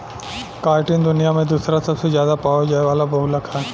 chitin दुनिया में दूसरा सबसे ज्यादा पावल जाये वाला बहुलक ह